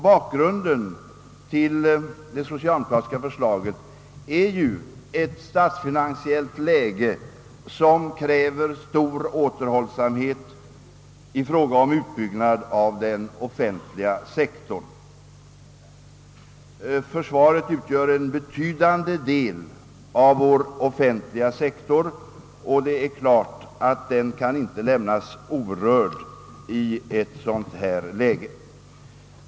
Bakgrunden till de socialdemokratiska förslagen är ett statsfinansiellt läge som kräver stor återhållsamhet i fråga om utbyggnad av den offentliga sektorn, och eftersom försvaret utgör en betydande del av vår offentliga sektor kan det självfallet inte lämnas orört i rådande läge.